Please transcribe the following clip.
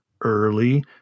early